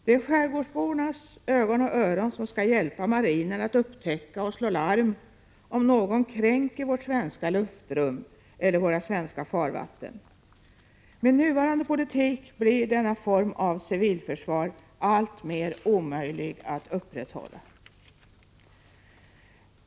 Det är skärgårdsbornas ögon och öron som skall hjälpa marinen att upptäcka och slå larm om någon kränker vårt svenska luftrum eller våra svenska farvatten. Med nuvarande politik blir denna form av civilförsvar alltmer omöjlig att upprätthålla.